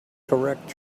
correct